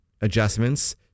adjustments